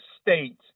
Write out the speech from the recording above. state